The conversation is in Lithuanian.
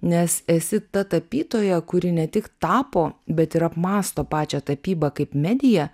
nes esi ta tapytoja kuri ne tik tapo bet ir apmąsto pačią tapybą kaip mediją